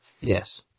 Yes